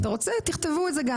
אתה רוצה, תכתבו גם את זה.